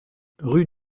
rue